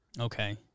Okay